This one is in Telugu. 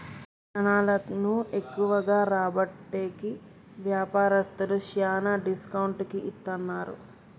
జనాలను ఎక్కువగా రాబట్టేకి వ్యాపారస్తులు శ్యానా డిస్కౌంట్ కి ఇత్తన్నారు